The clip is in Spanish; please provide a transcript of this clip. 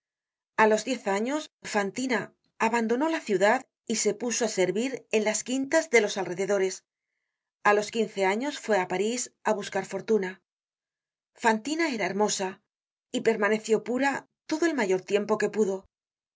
a los diez años fantina abandonó la ciudad y se puso á servir en las quintas de los alrededores a los quince años fué á parís á buscar fortuna fantina era hermosa y permaneció pura todo el mayor tiempo que pudo era